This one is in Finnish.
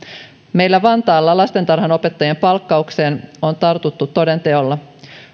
meillä vantaalla lastentarhanopettajien palkkaukseen on tartuttu toden teolla